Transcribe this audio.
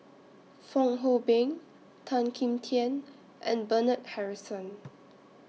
Fong Hoe Beng Tan Kim Tian and Bernard Harrison